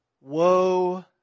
woe